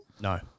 No